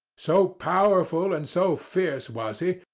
so powerful and so fierce was he,